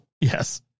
Yes